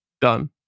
Done